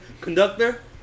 conductor